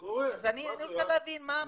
נכון, אז אני רוצה להבין מה עמד מאחורי ההחלטה.